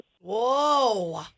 Whoa